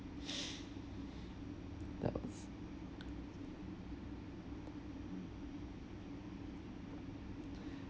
that was